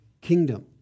kingdom